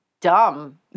dumb